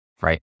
right